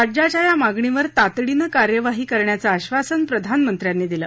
राज्याच्या या मागणीवर तातडीनं कार्यवाही करण्याचं आश्वासन प्रधानमंत्र्यांनी दिलं